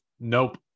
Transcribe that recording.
nope